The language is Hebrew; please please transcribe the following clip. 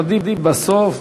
עדיף בסוף.